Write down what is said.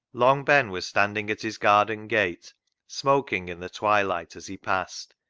long ben was standing at his garden gate smoking in the twilight as he passed,